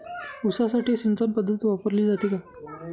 ऊसासाठी सिंचन पद्धत वापरली जाते का?